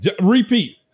repeat